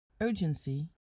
urgency